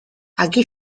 aquí